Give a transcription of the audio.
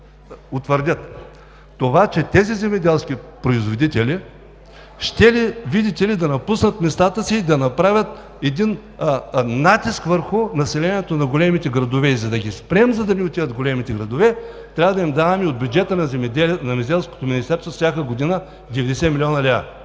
Това че тези земеделски производители щели, видите ли, да напуснат местата си и да направят натиск върху населението на големите градове. За да ги спрем, за да не отиват в големите градове, трябва да им даваме от бюджета на Земеделското министерство всяка година 90 млн. лв.